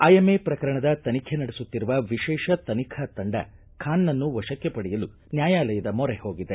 IMA ಪ್ರಕರಣದ ತನಿಖೆ ನಡೆಸುತ್ತಿರುವ ವಿಶೇಷ ತನಿಖಾ ತಂಡ ಖಾನ್ನನ್ನು ವಶಕ್ಕೆ ಪಡೆಯಲು ನ್ಯಾಯಾಲಯದ ಮೊರೆ ಹೋಗಿದೆ